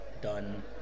done